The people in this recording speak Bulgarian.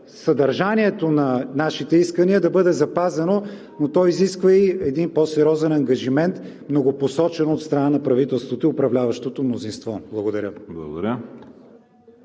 съдържанието на нашите искания, да бъде запазено. Но то изисква и един по-сериозен ангажимент – многопосочен, от страна на правителството и управляващото мнозинство. Благодаря.